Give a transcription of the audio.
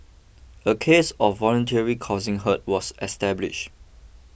a case of voluntarily causing hurt was established